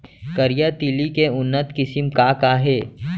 करिया तिलि के उन्नत किसिम का का हे?